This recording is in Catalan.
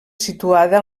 situada